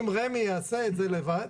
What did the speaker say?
אם רמ"י יעשה את זה לבד,